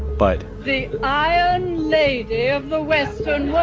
but. the iron lady of the western world.